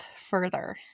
further